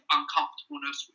uncomfortableness